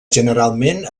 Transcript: generalment